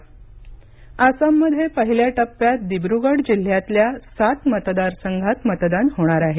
आसाम निवडणक आसाममध्ये पहिल्या टप्प्यात दिब्रुगड जिल्ह्यातल्या सात मतदारसंघात मतदान होणार आहे